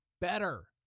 better